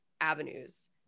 avenues